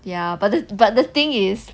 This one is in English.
ya but the but the thing is